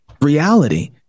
reality